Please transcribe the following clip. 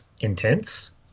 intense